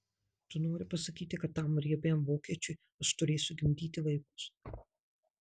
tu nori pasakyti kad tam riebiam vokiečiui aš turėsiu gimdyti vaikus